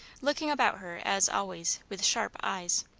looking about her, as always, with sharp eyes.